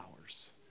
hours